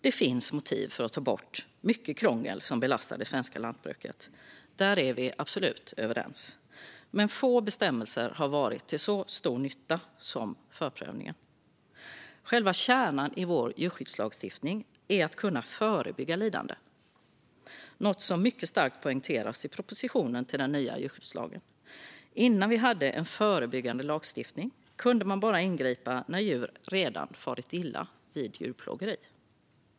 Det finns motiv för att ta bort mycket krångel som belastar det svenska lantbruket. Där är vi absolut överens. Men få bestämmelser har varit till så stor nytta som förprövningen. Själva kärnan i vår djurskyddslagstiftning är att kunna förebygga lidande, något som mycket starkt poängteras i propositionen om den nya djurskyddslagen. Innan vi hade en förebyggande lagstiftning kunde man ingripa bara när djur redan farit illa - vid djurplågeri.